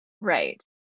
Right